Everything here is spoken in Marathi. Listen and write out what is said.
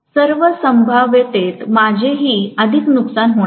सर्व संभाव्यतेत माझेही अधिक नुकसान होणार आहे